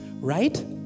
right